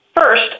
First